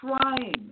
trying